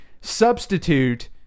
substitute